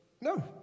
No